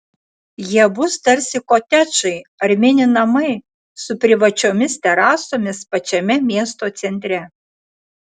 jie bus tarsi kotedžai ar mini namai su privačiomis terasomis pačiame miesto centre